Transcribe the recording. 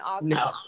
No